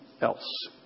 else